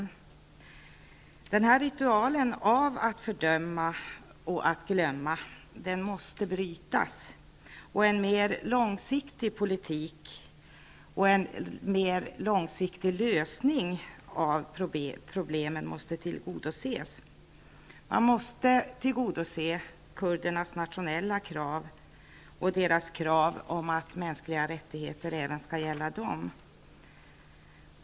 Denna ritual att fördöma och att glömma måste bytas ut mot en mer långsiktig politik och en mer långsiktig lösning av problemen. Man måste tillgodose kurdernas nationella krav och deras krav på att mänskliga rättigheter även skall gälla dem.